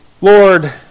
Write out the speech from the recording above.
Lord